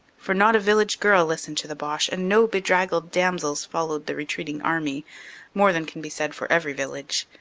for not a village girl listened to the boche and no bedraggled damsels followed the retreating army more than can be said for every village.